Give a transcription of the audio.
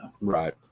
right